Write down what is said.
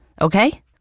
Okay